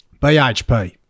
BHP